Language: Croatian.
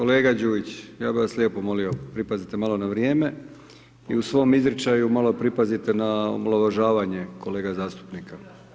Kolega Đujić, ja bi vas lijepo molio, pripazite malo na vrijeme i u svom izričaju malo pripazite na omalovažavanje kolega zastupnika.